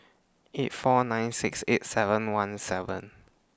eight four nine six eight seven one seven